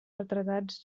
retratats